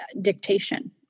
dictation